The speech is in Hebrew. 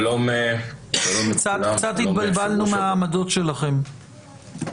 קצת התבלבלנו מהעמדות שלכם,